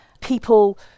people